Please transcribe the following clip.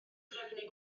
drefnu